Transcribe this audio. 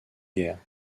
guerres